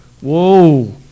whoa